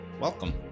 welcome